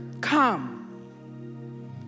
Come